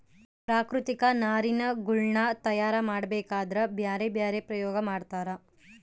ಪ್ರಾಕೃತಿಕ ನಾರಿನಗುಳ್ನ ತಯಾರ ಮಾಡಬೇಕದ್ರಾ ಬ್ಯರೆ ಬ್ಯರೆ ಪ್ರಯೋಗ ಮಾಡ್ತರ